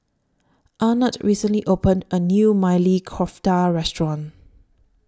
Arnett recently opened A New Maili Kofta Restaurant